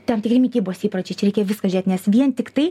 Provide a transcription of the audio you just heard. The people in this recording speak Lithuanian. tam tikri mitybos įpročiai čia reikia viską žiūrėt nes vien tik tai